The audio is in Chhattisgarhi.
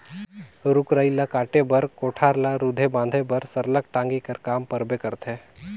रूख राई ल काटे बर, कोठार ल रूधे बांधे बर सरलग टागी कर काम परबे करथे